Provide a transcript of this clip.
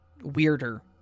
weirder